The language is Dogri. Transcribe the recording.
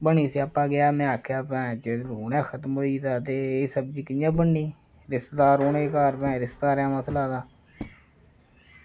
बनी स्यापा गेआ में आक्खेआ जे लून ई खत्म होई गेदा ते एह् सब्ज़ी कि'यां बननी रिश्तेदार औने हे घर रिश्तेदारें दा मसला हा